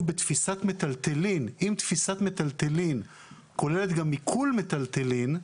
"בתפיסת מיטלטלין" האם תפיסת מיטלטלין כוללת גם עיקול מיטלטלין?